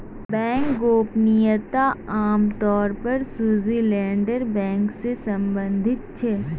bank गोपनीयता आम तौर पर स्विटज़रलैंडेर बैंक से सम्बंधित छे